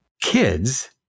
kids